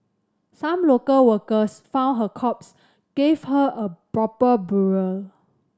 some local workers found her corpse give her a proper burial